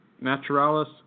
naturalis